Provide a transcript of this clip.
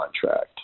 contract